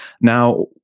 now